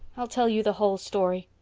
i'll tell you the whole story.